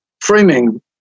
framing